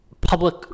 public